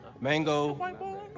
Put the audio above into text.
Mango